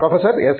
professor S